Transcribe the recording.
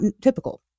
typical